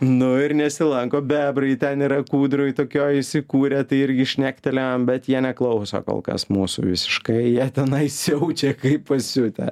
nu ir nesilanko bebrai ten yra kūdroj tokioj įsikūrę tai irgi šnektelėjom bet jie neklauso kol kas mūsų visiškai jie tenai siaučia kaip pasiutę